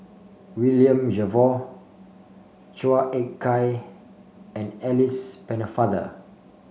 William Jervois Chua Ek Kay and Alice Pennefather